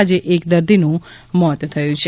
આજે એક દર્દીનું મોત થયું છે